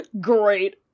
great